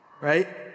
right